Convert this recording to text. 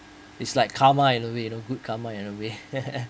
it's like karma in a way you know good karma in a way